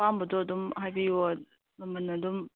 ꯑꯄꯥꯝꯕꯗꯣ ꯑꯗꯨꯝ ꯍꯥꯏꯕꯤꯌꯣ ꯃꯃꯜ ꯑꯗꯨꯝ